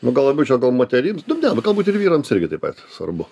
nu gal labiau čia gal moterims nu ne galbūt ir vyrams irgi taip pat svarbu